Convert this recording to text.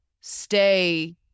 stay